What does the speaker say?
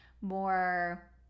more